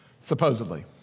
supposedly